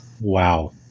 Wow